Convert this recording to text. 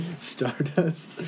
Stardust